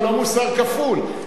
הוא לא מוסר כפול.